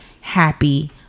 happy